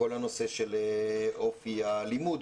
כל הנושא של אופי הלימוד.